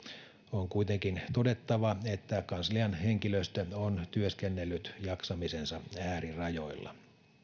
on kuitenkin todettava että kanslian henkilöstö on työskennellyt jaksamisensa äärirajoilla